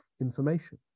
information